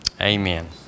Amen